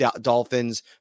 dolphins